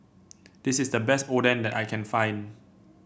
this is the best Oden that I can find